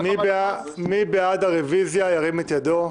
מי בעד הרביזיה, ירים את ידו?